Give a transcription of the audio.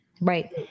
Right